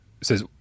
says